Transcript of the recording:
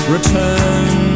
Return